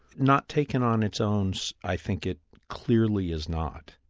not taken on its own, i think it clearly is not.